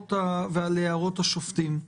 הערות השופטים.